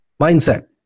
mindset